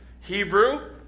Hebrew